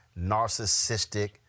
narcissistic